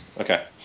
Okay